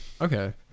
Okay